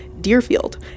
Deerfield